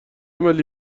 ملی